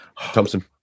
Thompson